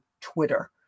Twitter